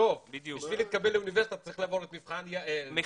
בשביל להתקבל לאוניברסיטה אתה צריך לעבור את מבחן יע"ל,